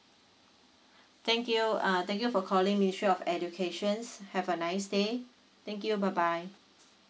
thank you uh thank you for calling ministry of education have a nice day thank you bye bye